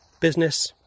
business